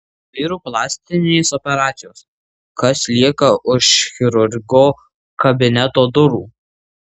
vyrų plastinės operacijos kas lieka už chirurgo kabineto durų